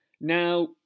Now